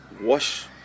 Wash